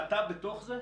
אתה בתוך זה?